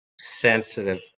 sensitive